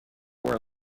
were